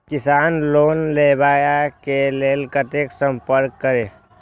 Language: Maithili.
किसान लोन लेवा के लेल कते संपर्क करें?